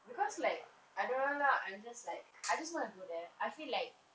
because like I don't know lah I'm just like I just want to go there I feel like